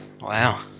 Wow